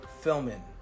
filming